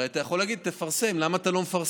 הרי אתה יכול להגיד: תפרסם, למה אתה לא מפרסם?